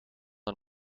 een